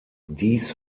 dies